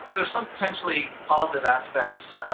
there's some potentially ah positive aspects